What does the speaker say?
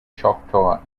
choctaw